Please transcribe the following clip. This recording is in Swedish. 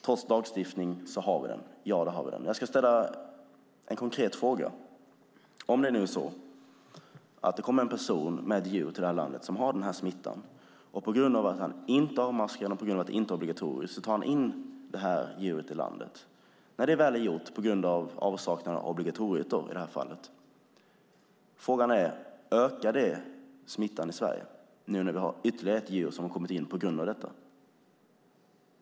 Trots lagstiftning har vi denna smitta. Ja, det har vi. Jag ska ställa en konkret fråga. Det kommer en person med ett djur till detta land som har denna smitta. Han tar in detta djur i landet utan att avmaska det på grund av att det inte är obligatoriskt. När det väl är gjort på grund av avsaknad av obligatoriet är frågan: Ökar det smittan i Sverige nu när vi har ytterligare ett djur som har kommit in i landet på grund av detta?